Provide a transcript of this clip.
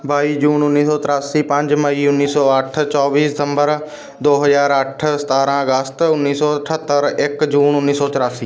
ਬਾਈ ਜੂਨ ਉੱਨੀ ਸੌ ਤਰਾਸੀ ਪੰਜ ਮਈ ਉੱਨੀ ਸੌ ਅੱਠ ਚੌਵੀ ਸਤੰਬਰ ਦੋ ਹਜ਼ਾਰ ਅੱਠ ਸਤਾਰਾਂ ਅਗਸਤ ਉੱਨੀ ਸੌ ਅਠੱਤਰ ਇੱਕ ਜੂਨ ਉੱਨੀ ਸੌ ਚੁਰਾਸੀ